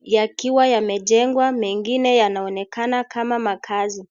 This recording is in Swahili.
yakiwa yamejengwa. Mengine yanaonekana kama makaazi.